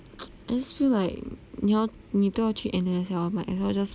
I just feel like 你要你都要去 N_U_S liao might as well just